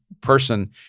person